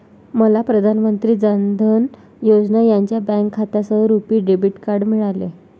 मला प्रधान मंत्री जान धन योजना यांच्या बँक खात्यासह रुपी डेबिट कार्ड मिळाले